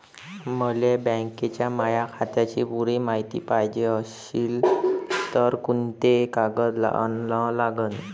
मले बँकेच्या माया खात्याची पुरी मायती पायजे अशील तर कुंते कागद अन लागन?